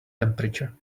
temperature